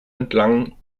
entlang